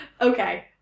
Okay